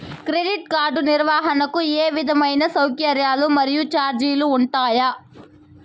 Credit card నిర్వహణకు ఏ విధమైన సౌకర్యాలు మరియు చార్జీలు ఉంటాయా?